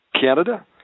Canada